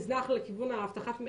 פרטיות ואבטחת מידע נזנח לכיוון תשתיות,